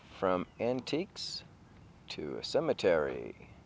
from antiques to a cemetery